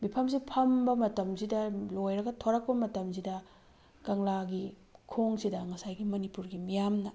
ꯃꯤꯐꯝꯁꯦ ꯐꯝꯕ ꯃꯇꯝꯁꯤꯗ ꯂꯣꯏꯔꯒ ꯊꯣꯛꯂꯛꯄ ꯃꯇꯝꯁꯤꯗ ꯀꯪꯂꯥꯒꯤ ꯈꯣꯡꯁꯤꯗ ꯉꯁꯥꯏꯒꯤ ꯃꯅꯤꯄꯨꯔꯒꯤ ꯃꯤꯌꯥꯝꯅ